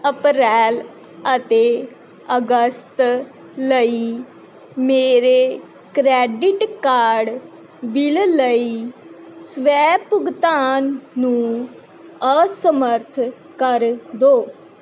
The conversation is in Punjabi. ਅਪ੍ਰੈਲ ਅਤੇ ਅਗਸਤ ਲਈ ਮੇਰੇ ਕਰੈਡਿਟ ਕਾਰਡ ਬਿੱਲ ਲਈ ਸਵੈ ਭੁਗਤਾਨ ਨੂੰ ਅਸਮਰੱਥ ਕਰ ਦਿਉ